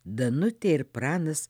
danutė ir pranas